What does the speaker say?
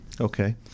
Okay